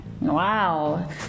Wow